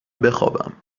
بخوابم